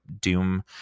Doom